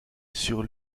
sur